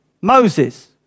Moses